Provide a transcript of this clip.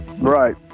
right